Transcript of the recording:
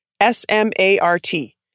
S-M-A-R-T